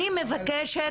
אני מבקשת.